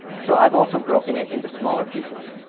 so i've also broken it into smaller pieces,